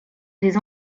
des